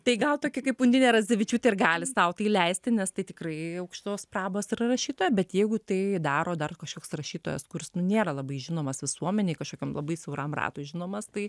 tai gal tokia kaip undinė radzevičiūtė ir gali sau tai leisti nes tai tikrai aukštos prabos yra rašytoja bet jeigu tai daro dar kažkoks rašytojas kuris nu nėra labai žinomas visuomenei kažkokiam labai siauram ratui žinomas tai